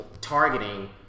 targeting